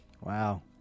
Wow